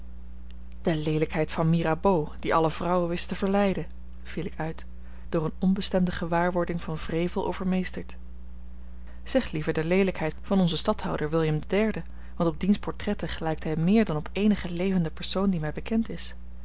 de leelijkheid van mirabeau die alle vrouwen wist te verleiden viel ik uit door eene onbestemde gewaarwording van wrevel overmeesterd zeg liever de leelijkheid van onzen stadhouder william iii want op diens portretten gelijkt hij meer dan op eenige levende persoon die mij bekend is